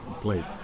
Played